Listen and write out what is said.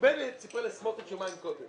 בקשות חדשות